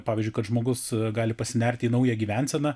pavyzdžiui kad žmogus gali pasinerti į naują gyvenseną